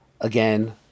Again